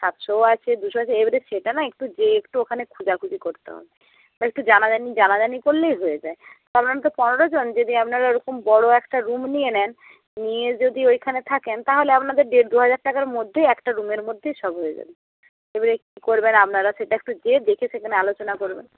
সাতশোও আছে দুশোও আছে এবারে সেটা না একটু গিয়ে একটু ওখানে খোঁজাখুঁজি করতে হবে এবার একটু জানাজানি জানাজানি করলেই হয়ে যায় আপনারা তো পনেরো জন যদি আপনারা ওরকম বড় একটা রুম নিয়ে নেন নিয়ে যদি ওইখানে থাকেন তাহলে আপনাদের দেড় দুহাজার টাকার মধ্যেই একটা রুমের মধ্যেই সব হয়ে যাবে এবারে কী করবেন আপনারা সেটা একটু গিয়ে দেখে সেখানে আলোচনা করবেন